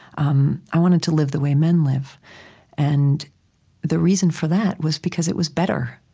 um i wanted to live the way men live and the reason for that was because it was better.